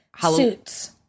suits